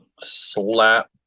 slap